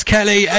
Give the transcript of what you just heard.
Kelly